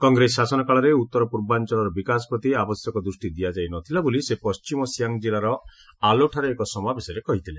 କଂଗ୍ରେସ ଶାସନ କାଳରେ ଉତ୍ତର ପୂର୍ବାଞ୍ଚଳର ବିକାଶ ପ୍ରତି ଆବଶ୍ୟକ ଦୃଷ୍ଟି ଦିଆଯାଇ ନଥିଲା ବୋଲି ସେ ପଶ୍ଚିମ ସିଆଙ୍ଗ୍ ଜିଲ୍ଲାର ଆଲୋଠାରେ ଏକ ସମାବେଶରେ କହିଥିଲେ